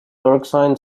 erskine